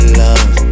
love